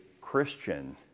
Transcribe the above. christian